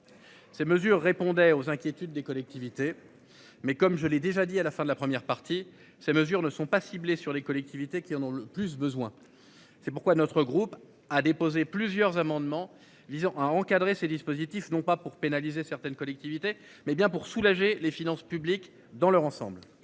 Ces mesures répondait aux inquiétudes des collectivités. Mais comme je l'ai déjà dit à la fin de la première partie, ces mesures ne sont pas ciblés sur les collectivités qui en ont le plus besoin. C'est pourquoi notre groupe a déposé plusieurs amendements visant à encadrer ces dispositifs non pas pour pénaliser certaines collectivités mais bien pour soulager les finances publiques dans leur ensemble.